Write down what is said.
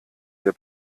der